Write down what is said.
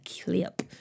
clip